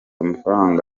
amafaranga